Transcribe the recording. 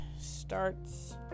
starts